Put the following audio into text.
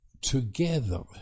together